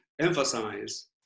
emphasize